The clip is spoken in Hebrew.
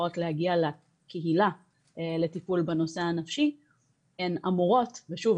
וצריכות להגיע לקהילה לטיפול בנושא הנפשי הן אמורות ושוב,